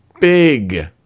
big